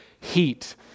heat